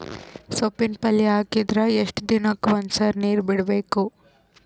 ಸೊಪ್ಪಿನ ಪಲ್ಯ ಹಾಕಿದರ ಎಷ್ಟು ದಿನಕ್ಕ ಒಂದ್ಸರಿ ನೀರು ಬಿಡಬೇಕು?